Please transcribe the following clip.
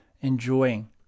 enjoying